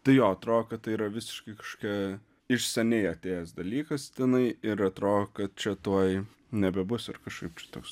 tai jo atrodo kad tai yra visiškai kažkokia iš seniai atėjęs dalykas tenai ir atrodo kad čia tuoj nebebus ir kažkaip čia toks